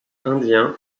indien